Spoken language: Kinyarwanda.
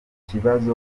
kibazo